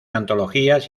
antologías